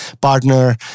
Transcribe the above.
partner